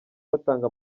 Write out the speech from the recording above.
batanga